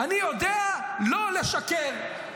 אני יודע לא לשקר.